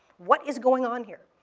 what is going on here?